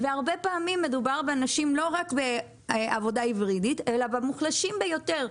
הרבה פעמים מדובר לא רק בעבודה היברידית אלא במוחלשים ביותר.